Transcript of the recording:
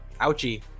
Ouchie